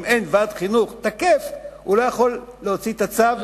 ואם אין ועד חינוך תקף הוא לא יכול להוציא את הצו,